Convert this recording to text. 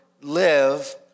live